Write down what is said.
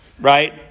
right